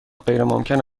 غیرممکن